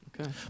okay